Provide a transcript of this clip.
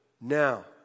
now